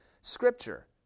scripture